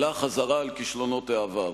אלא חזרה על כישלונות העבר.